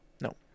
No